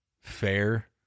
fair